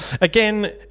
again